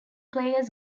players